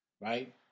right